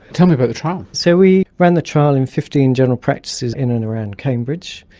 tell me about the trial. so we ran the trial in fifteen general practices in and around cambridge,